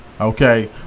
Okay